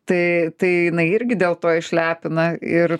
tai tai jinai irgi dėl to išlepina ir